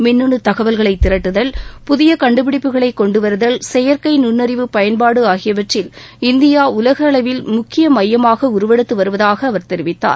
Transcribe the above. மின்னனு தகவல்களை திரட்டுவதிலும் புதிய கண்டுபிடிப்புகளை கொண்டுவருவதிலும் செயற்கை நுண்ணறிவு பயன்பாட்டிலும் இந்தியா உலகில் முக்கிய மையமாக உருவெடுத்து வருவதாக அவர் தெரிவித்தார்